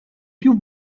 più